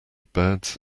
birds